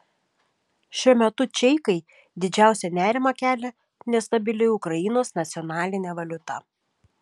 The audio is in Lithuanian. šiuo metu čeikai didžiausią nerimą kelia nestabili ukrainos nacionalinė valiuta